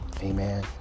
Amen